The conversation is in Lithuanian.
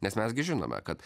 nes mes gi žinome kad